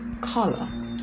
color